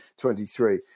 23